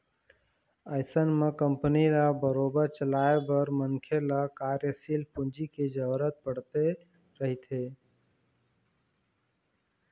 अइसन म कंपनी ल बरोबर चलाए बर मनखे ल कार्यसील पूंजी के जरुरत पड़ते रहिथे